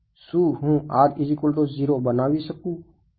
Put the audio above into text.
શું હું બનાવી શકું